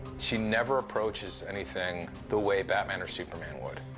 she never approaches anything the way batman or superman would.